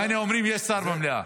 הינה, אומרים שיש שר במליאה.